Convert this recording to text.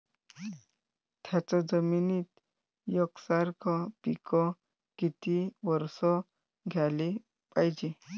थ्याच जमिनीत यकसारखे पिकं किती वरसं घ्याले पायजे?